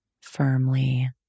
firmly